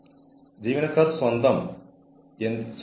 അങ്ങനെ ചെയ്താൽ ജീവനക്കാരുടെ പ്രതിബദ്ധത ഉയരാൻ സാധ്യതയുണ്ട്